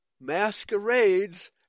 masquerades